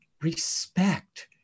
respect